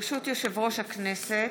ברשות יושב-ראש הכנסת,